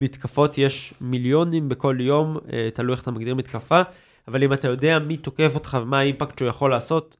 מתקפות יש מיליונים בכל יום, תלוי איך אתה מגדיר מתקפה אבל אם אתה יודע מי תוקף אותך ומה האימפקט שהוא יכול לעשות